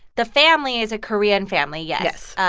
the family is a korean family, yes.